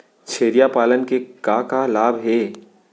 छेरिया पालन के का का लाभ हे?